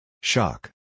Shock